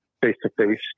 face-to-face